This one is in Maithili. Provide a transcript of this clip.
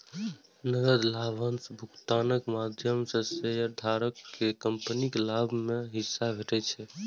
नकद लाभांश भुगतानक माध्यम सं शेयरधारक कें कंपनीक लाभ मे हिस्सा भेटै छै